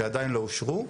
שעדיין לא אושרו,